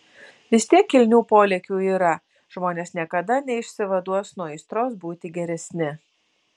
vis tiek kilnių polėkių yra žmonės niekada neišsivaduos nuo aistros būti geresni